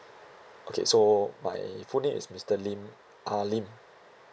okay so my full name is mister lim ah lim